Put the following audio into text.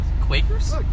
Quakers